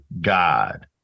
God